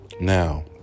Now